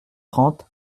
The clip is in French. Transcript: trente